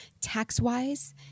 tax-wise